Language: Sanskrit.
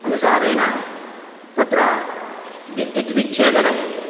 अनुसारेण तत्र विद्युत् विच्छेदनं